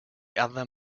other